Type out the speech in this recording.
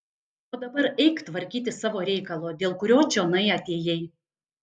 o dabar eik tvarkyti savo reikalo dėl kurio čionai atėjai